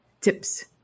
tips